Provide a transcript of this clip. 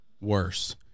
Worse